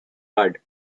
bud